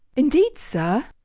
indeed, sir?